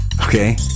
Okay